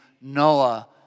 Noah